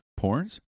porns